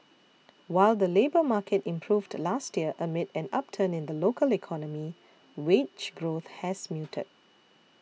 while the labour market improved last year amid an upturn in the local economy wage growth has muted